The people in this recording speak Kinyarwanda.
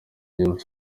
james